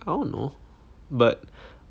I don't know but